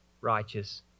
righteous